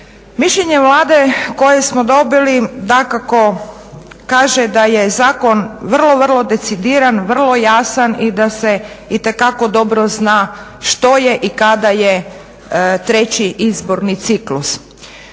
Mišljenje vlade koje smo dobili dakako kaže da je zakon vrlo, vrlo decidiran, vrlo jasan i da se itekako dobro zna što je i kada je treći izborni ciklus.